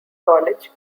college